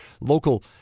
local